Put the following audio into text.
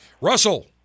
Russell